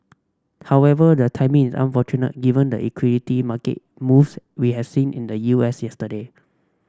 however their timing is unfortunate given the equity market moves we has seen in the U S yesterday